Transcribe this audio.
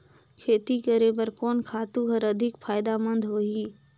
खेती करे बर कोन खातु हर अधिक फायदामंद होही?